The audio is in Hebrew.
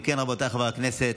אם כן, רבותיי, חברי הכנסת,